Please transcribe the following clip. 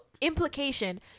implication